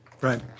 Right